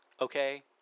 okay